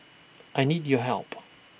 I need your help